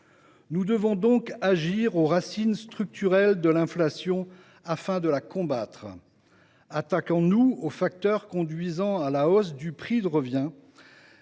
Nous devons au contraire agir sur les racines structurelles de l’inflation afin de la combattre. Attaquons nous aux facteurs conduisant à la hausse du prix de revient